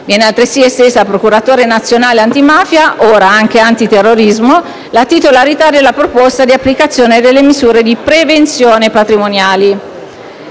Viene altresì estesa al procuratore nazionale antimafia, ora anche antiterrorismo, la titolarità della proposta di applicazione delle misure di prevenzione patrimoniali.